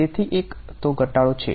તેથી એક તો ઘટાડો છે